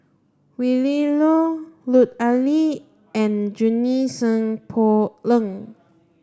Willin Low Lut Ali and Junie Sng Poh Leng